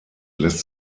lässt